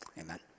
amen